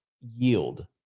yield